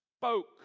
spoke